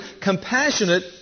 compassionate